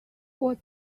was